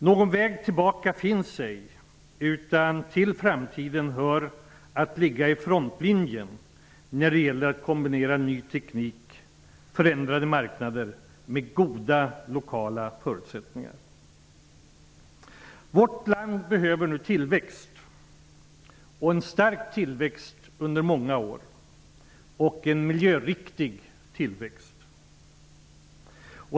Någon väg tillbaka finns ej, utan till framtiden hör att vi ligger på frontlinjen när det gäller att kombinera ny teknik och förändrade marknader med goda lokala förutsättningar. Vårt land behöver nu tillväxt; en stark tillväxt under många år och en miljöriktig tillväxt.